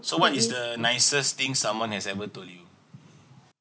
so what is the nicest thing someone has ever told you